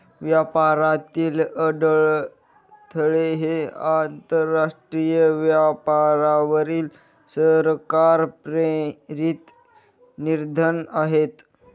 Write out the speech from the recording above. व्यापारातील अडथळे हे आंतरराष्ट्रीय व्यापारावरील सरकार प्रेरित निर्बंध आहेत